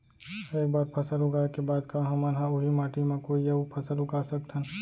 एक बार फसल उगाए के बाद का हमन ह, उही माटी मा कोई अऊ फसल उगा सकथन?